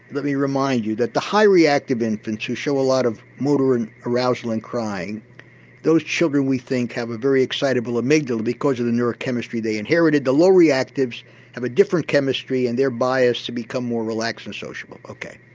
let me remind you that the high reactive infants who show a lot of motor and arousal and crying those children we think have a very excitable amygdala because of the neurochemistry they inherited. the low reactives have a different chemistry and they're biased to become more relaxed and sociable ok.